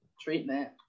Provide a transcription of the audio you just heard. treatment